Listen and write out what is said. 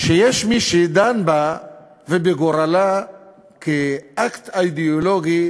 שיש מי שדן בה ובגורלה כאקט אידיאולוגי